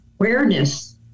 awareness